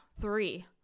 three